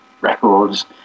records